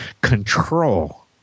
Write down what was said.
control